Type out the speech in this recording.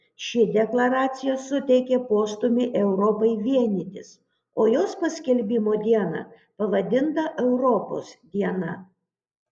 ši deklaracija suteikė postūmį europai vienytis o jos paskelbimo diena pavadinta europos diena